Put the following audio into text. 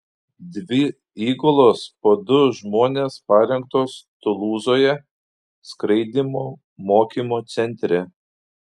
dvi įgulos po du žmones parengtos tulūzoje skraidymų mokymo centre